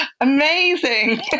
amazing